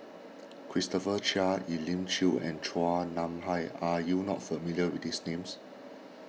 Christopher Chia Elim Chew and Chua Nam Hai are you not familiar with these names